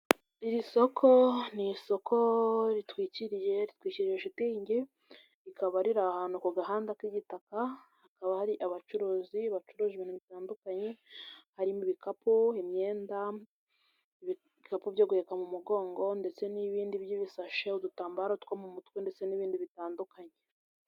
Iri soko ni isoko ritwikiriye ritwikirije shitingi rikaba riri ahantu ku gahanda k'igitaka hakaba hari abacuruzi bacuruza ibintu bitandukanye harimo ibikapu, imyenda, ibikapu byo guheka mu mugongo ndetse n'ibindi by'ibisashe, udutambaro two mu mutwe ndetse n'ibindi bitandukanye.